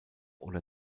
oder